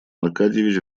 аркадьич